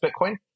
Bitcoin